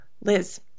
Liz